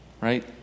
Right